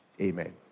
Amen